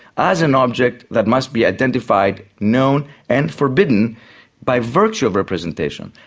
as an object that must be identified, known and forbidden by virtue of representation,